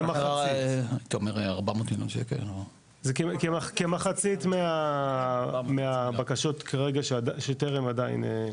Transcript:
זה כמחצית מהבקשות כרגע שטרם עדיין סיימו את הטיפול.